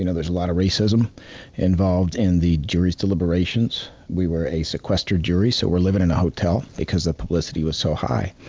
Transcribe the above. you know there's a lot of racism involved in the jury's deliberations. we were a sequestered jury, so we were living in a hotel because the publicity was so high.